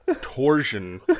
torsion